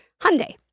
Hyundai